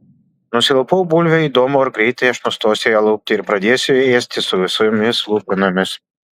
nusilupau bulvę įdomu ar greitai aš nustosiu ją lupti ir pradėsiu ėsti su visomis lupenomis